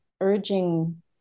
urging